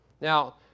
Now